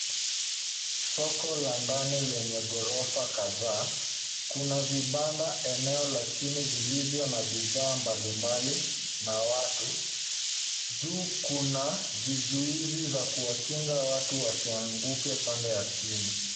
Soko la ndani lenye ghorofa kadhaa, kuna vibanda eneo la chini vilivyo na bidhaa mbalimbali na watu, juu kuna vizuizi za kuwakinga watu wasianguke pade ya chini.